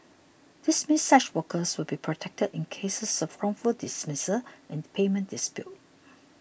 this means such workers will be protected in cases of wrongful dismissals and payment disputes